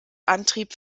antrieb